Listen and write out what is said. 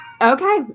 Okay